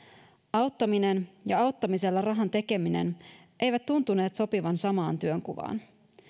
auttaminen ja auttamisella rahan tekeminen eivät tuntuneet sopivan samaan työnkuvaan